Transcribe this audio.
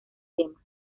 tema